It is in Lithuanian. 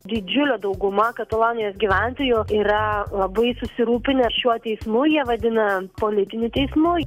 didžiulė dauguma katalonijos gyventojų yra labai susirūpinę šiuo teismu jie vadina politiniu teismu